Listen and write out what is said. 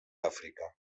àfrica